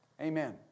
Amen